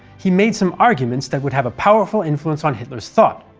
he made some arguments that would have a powerful influence on hitler's thought,